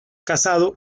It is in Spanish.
casado